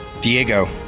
Diego